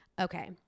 Okay